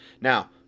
Now